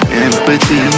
empathy